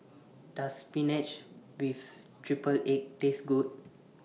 Does Spinach with Triple Egg Taste Good